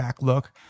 look